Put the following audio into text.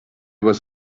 was